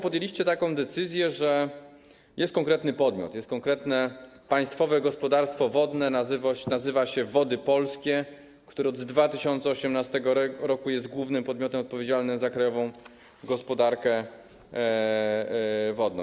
Podjęliście taką decyzję, że jest konkretny podmiot, jest konkretne Państwowe Gospodarstwo Wodne, nazywa się Wody Polskie, które od 2018 r. jest głównym podmiotem odpowiedzialnym za krajową gospodarkę wodną.